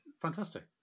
fantastic